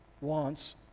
wants